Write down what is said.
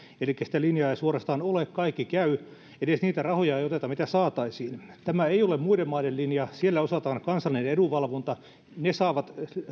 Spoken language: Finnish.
elikkä sitä linjaa ei suorastaan ole kaikki käy edes niitä rahoja ei oteta mitä saataisiin tämä ei ole muiden maiden linja siellä osataan kansallinen edunvalvonta ja ne saavat